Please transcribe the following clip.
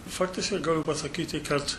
faktiškai galiu pasakyti kad